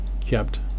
kept